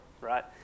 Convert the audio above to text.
right